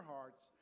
hearts